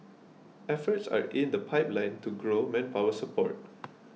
efforts are in the pipeline to grow manpower support